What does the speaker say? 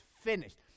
finished